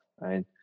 right